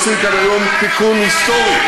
אנחנו עושים כאן היום תיקון היסטורי,